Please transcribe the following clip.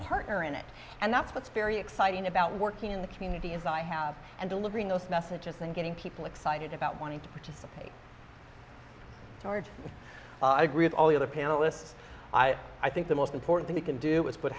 partner in it and that's what's very exciting about working in the community as i have and delivering those messages and getting people excited about wanting to participate hard i agree with all the other panelists i i think the most important we can do is put